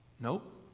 Nope